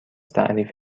تعریف